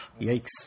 yikes